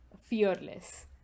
fearless